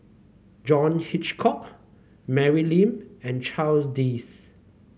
John Hitchcock Mary Lim and Charles Dyce